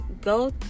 go